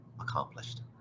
accomplished